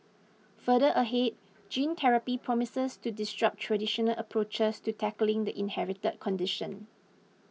further ahead gene therapy promises to distraught traditional approaches to tackling the inherited condition